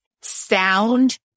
sound